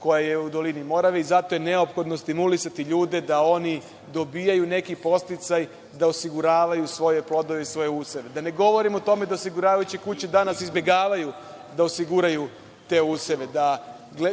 koja je u dolini Morave i zato je neophodno stimulisati ljude da oni dobijaju neki podsticaj da osiguravaju svoje plodove i svoje useve. Da ne govorim o tome da osiguravajuće kuće danas izbegavaju da osiguraju te useve, da